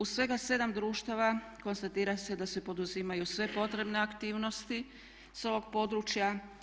U svega 7 društava konstatira se da se poduzimaju sve potrebne aktivnost s ovog područja.